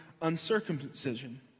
uncircumcision